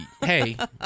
Hey